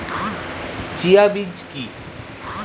Chia বীজ কী?